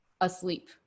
asleep